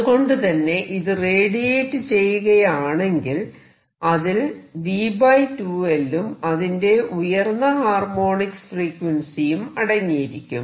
അതുകൊണ്ടുതന്നെ ഇത് റേഡിയേറ്റ് ചെയ്യുകയാണെങ്കിൽ അതിൽ v2L ഉം അതിന്റെ ഉയർന്ന ഹാർമോണിക്സ് ഫ്രീക്വൻസിയും അടങ്ങിയിരിക്കും